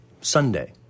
Sunday